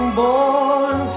born